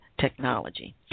technology